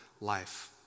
life